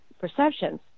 perceptions